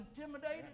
intimidated